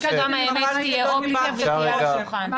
אבל חשוב שגם האמת תהיה אופציה ותהיה על השולחן.